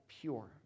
pure